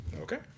Okay